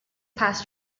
past